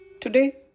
Today